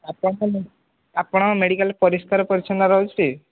ଆପଣ ଆପଣଙ୍କ ମେଡ଼ିକାଲ୍ ପରିଷ୍କାର ପରିଚ୍ଛନ୍ନ ରହୁଛିଟି